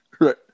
Right